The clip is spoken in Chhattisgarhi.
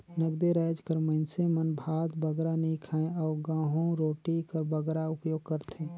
नगदे राएज कर मइनसे मन भात बगरा नी खाएं अउ गहूँ रोटी कर बगरा उपियोग करथे